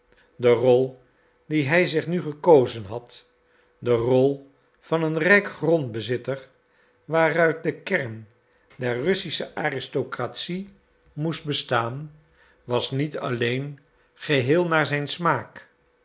de rol die hij zich nu gekozen had de rol van een rijk grondbezitter waaruit de kern der russische aristocratie moest bestaan was niet alleen geheel naar zijn smaak